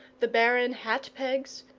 the barren hat-pegs,